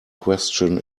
question